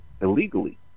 illegally